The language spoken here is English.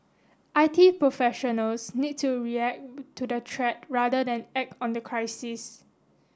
I T professionals need to react to the threat rather than act on the crisis